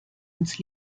uns